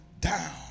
down